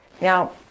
Now